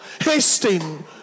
hasting